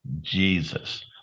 Jesus